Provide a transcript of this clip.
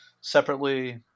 separately